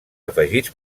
afegits